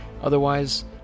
Otherwise